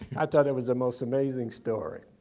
i thought it was the most amazing story.